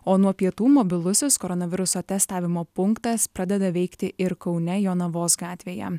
o nuo pietų mobilusis koronaviruso testavimo punktas pradeda veikti ir kaune jonavos gatvėje